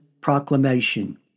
Proclamation